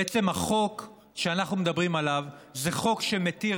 בעצם החוק שאנחנו מדברים עליו זה חוק שמתיר